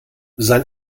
sein